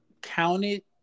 counted